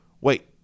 wait